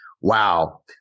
Wow